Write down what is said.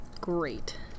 Great